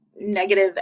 negative